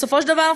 בסופו של דבר,